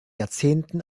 jahrzehnten